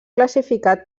classificat